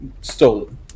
stolen